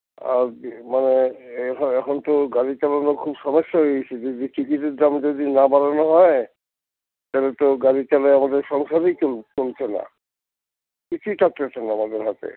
মানে এসব এখন তো গাড়ি চালানো খুব সমস্যা হয়ে গেছে যদি টিকিটের দাম যদি না বাড়ানো হয় তাহলে তো গাড়ি চালায়ে আমাদের সংসারই চল চলছে না কিছুই থাকছে তো না আমাদের হাতে